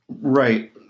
Right